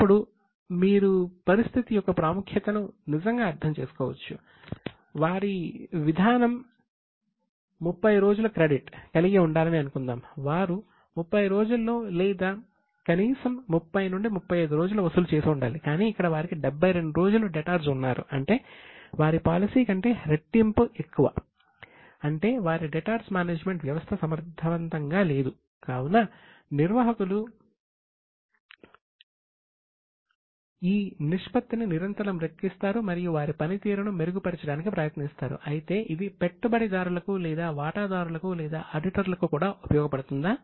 ఇది 70 రోజులకు మించి ఉంటే సుమారు 70 నుండి 75 రోజులు అంటే డెటార్స్కు కూడా ఉపయోగపడుతుందా